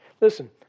Listen